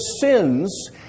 sins